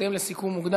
בהתאם לסיכום מוקדם,